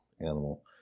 animal